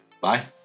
Bye